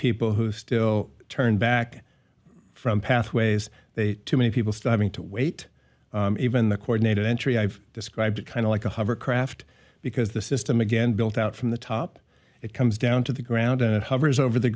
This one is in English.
people who still turn back from pathways they too many people still having to wait even the coordinate entry i've described it kind of like a hovercraft because the system again built out from the top it comes down to the ground and it hovers over the